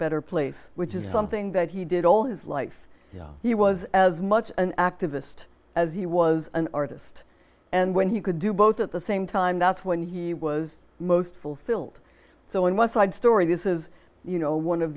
better place which is something that he did all his life he was as much an activist as he was an artist and when he could do both at the same time that's when he was most fulfilled so in one side story this is you know one of